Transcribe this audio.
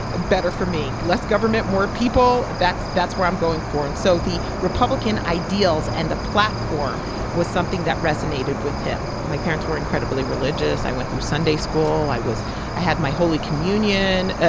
better for me. less government, more people that's that's where i'm going for. and so the republican ideals and the platform was something that resonated with him. my parents were incredibly incredibly religious. i went through sunday school. i was i had my holy communion. ah